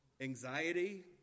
Anxiety